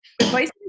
advice